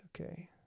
okay